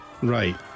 Right